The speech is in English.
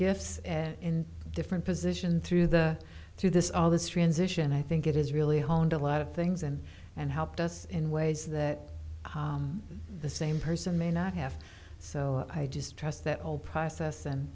gifts in different positions through the through this all this transition i think it is really honed a lot of things and and helped us in ways that the same person may not have so i distrust that whole process and